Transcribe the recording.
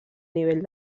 nivell